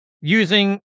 using